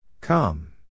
Come